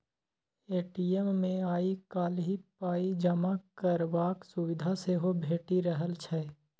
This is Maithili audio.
ए.टी.एम मे आइ काल्हि पाइ जमा करबाक सुविधा सेहो भेटि रहल छै